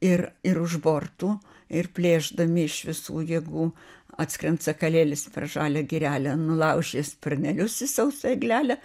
ir ir už bortų ir plėšdami iš visų jėgų atskrend sakalėlis per žalią girelę nulaužė sparnelius į sausą eglelę